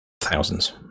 thousands